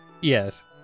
Yes